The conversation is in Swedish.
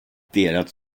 deras